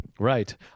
Right